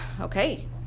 okay